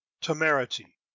temerity